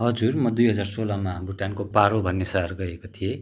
हजुर म दुई हजार सोह्रमा भुटानको पारो भन्ने सहर गएको थिएँ